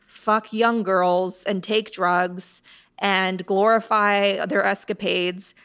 fuck young girls and take drugs and glorify their escapades.